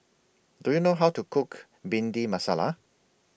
Do YOU know How to Cook Bhindi Masala